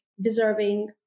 deserving